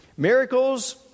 Miracles